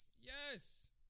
Yes